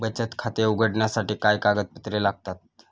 बचत खाते उघडण्यासाठी काय कागदपत्रे लागतात?